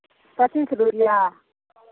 पचीस रुपैआ